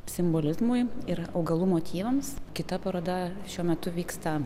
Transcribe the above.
simbolizmui yra augalų motyvams kita paroda šiuo metu vyksta